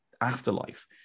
afterlife